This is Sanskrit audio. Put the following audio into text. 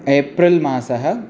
एप्रिल् मासः